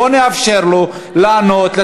אבל בואו נאפשר לסגן השר לענות.